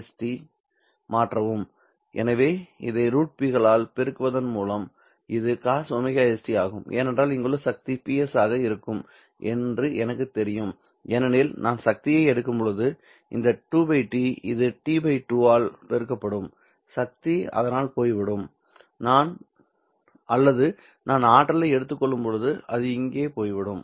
cosωst மாற்றவும் எனவே இதை √P களால் பெருக்குவதன் மூலம் இது cosωst ஆகும் ஏனென்றால் இங்குள்ள சக்தி Ps ஆக இருக்கும் என்று எனக்குத் தெரியும் ஏனெனில் நான் சக்தியை எடுக்கும்போது இந்த 2 T இது T 2 ஆல் பெருக்கப்படும் சக்தி அதனால் போய்விடும் அல்லது நான் ஆற்றலை எடுத்துக் கொள்ளும்போது அது இங்கே போய்விடும்